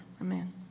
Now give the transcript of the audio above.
Amen